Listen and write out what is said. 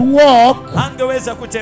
walk